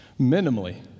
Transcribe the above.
Minimally